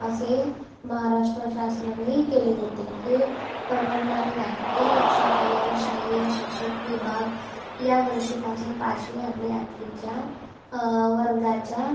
असे महाराष्ट्र शासनाने केले होते हे परवडणारे नाही हे लक्षात आल्यावर शालेय शिक्षक विभाग या वर्षीपासून पाचवी आणि आठवीच्या वर्गाच्या